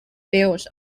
built